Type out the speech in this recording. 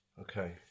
okay